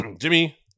Jimmy